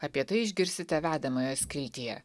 apie tai išgirsite vedamojo skiltyje